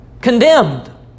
Condemned